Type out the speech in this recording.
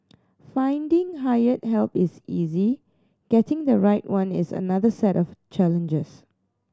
finding hired help is easy getting the right one is another set of challenges